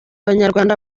abanyarwanda